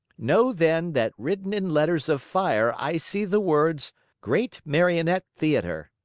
know, then, that written in letters of fire i see the words great marionette theater.